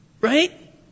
Right